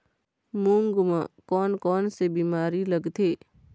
मूंग म कोन कोन से बीमारी लगथे?